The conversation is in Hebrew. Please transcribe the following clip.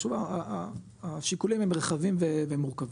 השיקולים הם רחבים ומורכבים.